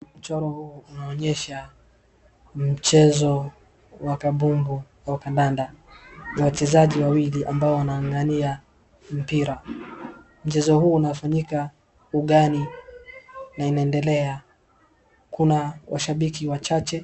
Mchoro huu unaonyesha mchezo wa kabumbu au kadanda. Wachezaji wawili ambao wanangangania mpira. Mchezo huu unafanyika ugani na inaendelea. Kuna washabiki wachache.